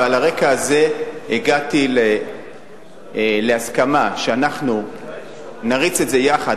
ועל הרקע הזה הגעתי להסכמה שאנחנו נריץ את זה יחד